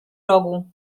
rogu